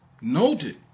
noted